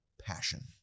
passion